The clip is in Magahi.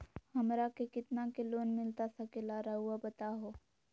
हमरा के कितना के लोन मिलता सके ला रायुआ बताहो?